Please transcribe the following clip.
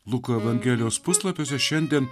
luko evangelijos puslapiuose šiandien